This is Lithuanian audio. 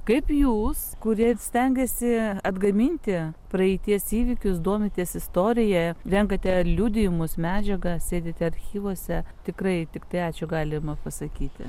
kaip jūs kurie stengiasi atgaminti praeities įvykius domitės istorija renkate liudijimus medžiagą sėdite archyvuose tikrai tiktai ačiū galima pasakyti